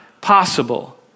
possible